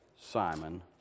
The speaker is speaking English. Simon